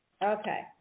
Okay